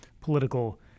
political